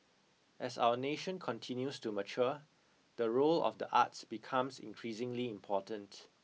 as our nation continues to mature the role of the arts becomes increasingly important